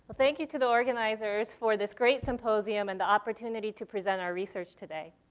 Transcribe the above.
thank you to the organizers for this great symposium and the opportunity to present our research today.